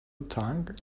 tongue